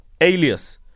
Alias